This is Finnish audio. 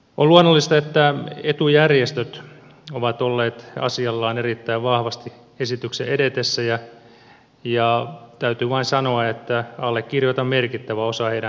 on luonnollista että etujärjestöt ovat olleet asialla erittäin vahvasti esityksen edetessä ja täytyy vain sanoa että allekirjoitan merkittävän osan heidän huolistaan